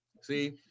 See